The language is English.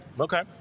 Okay